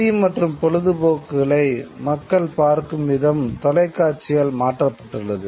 செய்தி மற்றும் பொழுதுபோக்குகளை மக்கள் பார்க்கும் விதம் தொலைக்காட்சியால் மாற்றப்பட்டுள்ளது